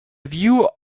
view